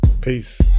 Peace